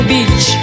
Beach